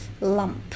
lump